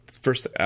First